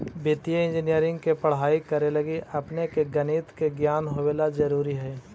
वित्तीय इंजीनियरिंग के पढ़ाई करे लगी अपने के गणित के ज्ञान होवे ला जरूरी हई